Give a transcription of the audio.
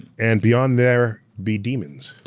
and beyond there be demons.